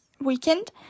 weekend